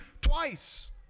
twice